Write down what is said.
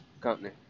company